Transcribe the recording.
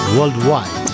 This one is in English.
Worldwide